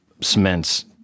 cements